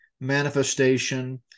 manifestation